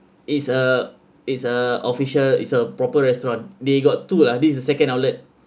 is a is a official is a proper restaurant they got two lah this is second outlet